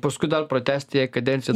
paskui dar pratęsti jai kadenciją